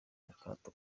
akato